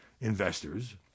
investors